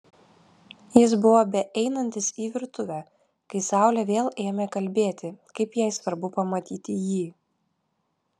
jis buvo beeinantis į virtuvę kai saulė vėl ėmė kalbėti kaip jai svarbu pamatyti jį